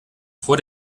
vor